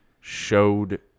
showed